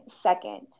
second